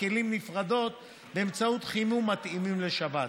כלים נפרדות ואמצעי חימום מתאימים לשבת,